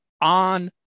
on